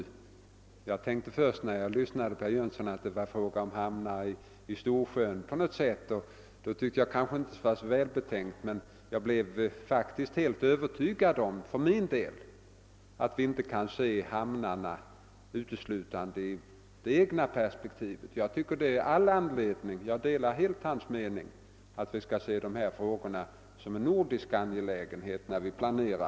När jag lyssnade på herr Jönsson i Ingemarsgården trodde jag först att det gällde hamnar i Storsjön, och därför tyckte jag att det som sades inte var särskilt välbetänkt. Men jag blev faktiskt övertygad om att vi inte kan se hamnarna uteslutande i det egna svenska perspektivet. Jag delar helt herr Jönssons mening att vi måste se dessa frågor som en nordisk angelägenhet, när vi planerar.